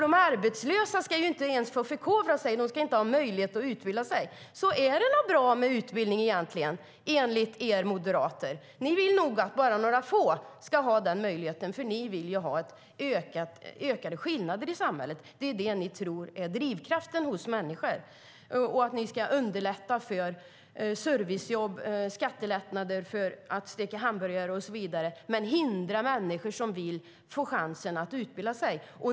De arbetslösa ska inte ens ha möjlighet att utbilda sig och förkovra sig. Är det bra med utbildning, enligt er moderater? Ni vill nog att bara några få ska ha den möjligheten eftersom ni vill ha ökade skillnader i samhället. Det tror ni är drivkraften hos människor. Ni tror att ni underlättar för servicejobb, att steka hamburgare och så vidare, med hjälp av skattelättnader, men ni hindrar människor som vill utbilda sig.